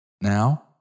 Now